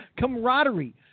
camaraderie